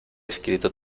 escrito